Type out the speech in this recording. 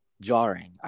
jarring